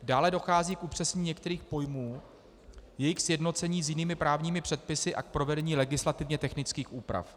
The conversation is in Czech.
Dále dochází k upřesnění některých pojmů, k jejich sjednocení s jinými právními předpisy a k provedení legislativně technických úprav.